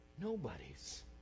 Nobody's